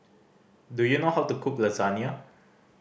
do you know how to cook Lasagne